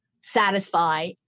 satisfy